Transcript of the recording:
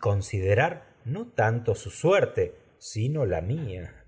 considerar tanto su suerte sino la mía